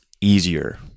easier